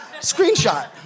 screenshot